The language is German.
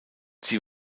sie